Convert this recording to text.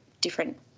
different